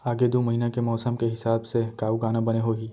आगे दू महीना के मौसम के हिसाब से का उगाना बने होही?